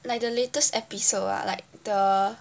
like the latest episode ah like the